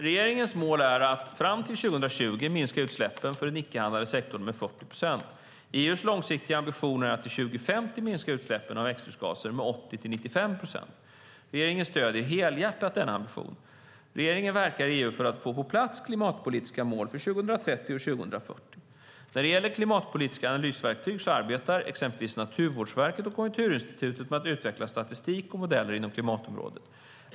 Regeringens mål är att fram till år 2020 minska utsläppen för den icke-handlande sektorn med 40 procent. EU:s långsiktiga ambition är att till år 2050 minska utsläppen av växthusgaser med 80-95 procent. Regeringen stöder helhjärtat denna ambition. Regeringen verkar i EU för att få på plats klimatpolitiska mål för 2030 och 2040. När det gäller klimatpolitiska analysverktyg arbetar exempelvis Naturvårdsverket och Konjunkturinstitutet med att utveckla statistik och modeller inom klimatområdet.